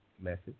message